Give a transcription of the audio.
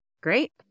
Great